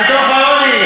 על דוח העוני.